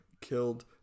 killed